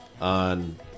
on